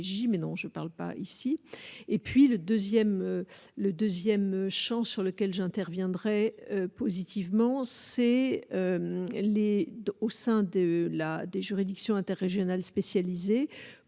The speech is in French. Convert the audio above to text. mais non, je ne parle pas ici et puis le 2ème, le 2ème Champ sur lequel j'interviendrai positivement, c'est les au sein de la des juridiction interrégionale spécialisée